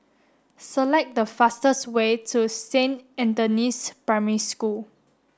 select the fastest way to Saint Anthony's Primary School